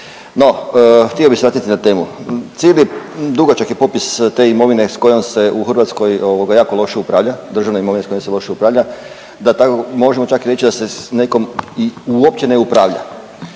No htio bih se vratiti na temu. Cijeli, dugačak je popis te imovine s kojom se u Hrvatskoj jako loše upravlja, državna imovina s kojom se loše upravlja, da tako, možemo čak i reći da se s nekom i uopće ne upravlja.